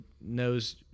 knows